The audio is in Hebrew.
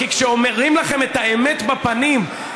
כי כשאומרים לכם את האמת בפנים,